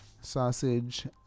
sausage